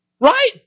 Right